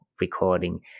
recording